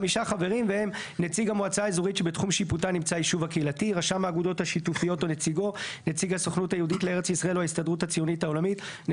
הוועדה ליישובים קהילתיים 6ו. (א)